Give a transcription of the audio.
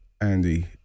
Andy